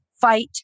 fight